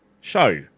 show